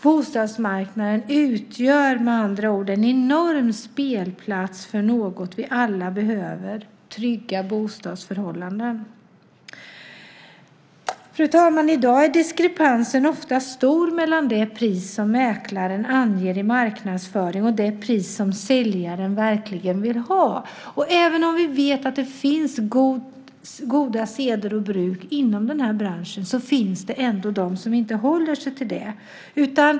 Bostadsmarknaden utgör med andra ord en enorm spelplats för något som vi alla behöver - trygga bostadsförhållanden. Fru talman! I dag är diskrepansen ofta stor mellan det pris som mäklaren anger i marknadsföring och det pris som säljaren verkligen vill ha. Även om vi vet att det finns goda seder och bruk inom branschen finns det ändå de som inte håller sig till det.